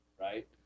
Right